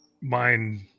mind